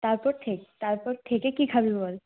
তারপর ঠেক তারপর ঠেকে কি খাবি বল